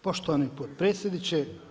Poštovani potpredsjedniče.